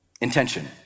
Intention